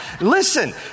Listen